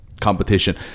Competition